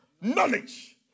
Knowledge